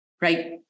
right